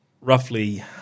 roughly